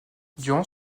durant